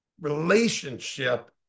relationship